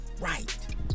right